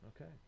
Okay